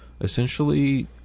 essentially